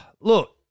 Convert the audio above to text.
look